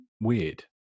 weird